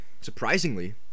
Surprisingly